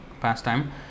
pastime